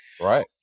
Right